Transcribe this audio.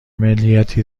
ملیتی